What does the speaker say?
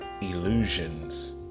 illusions